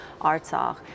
Artsakh